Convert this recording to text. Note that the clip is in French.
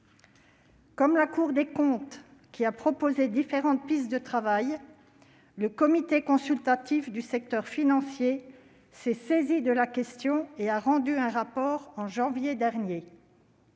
Comme la Cour des comptes, qui a proposé différentes pistes de travail, le Comité consultatif du secteur financier s'est saisi de la question et a rendu un rapport en janvier dernier.